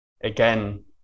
again